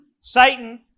Satan